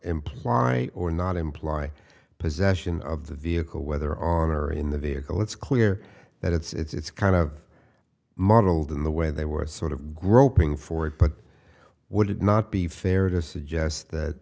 imply or not imply possession of the vehicle whether on or in the vehicle it's clear that it's kind of modeled in the way they were sort of groping for it but would it not be fair to suggest that